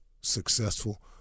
successful